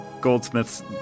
Goldsmith's